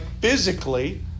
physically